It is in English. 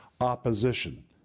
opposition